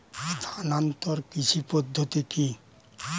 স্থানান্তর কৃষি পদ্ধতি কি?